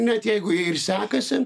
net jeigu ir sekasi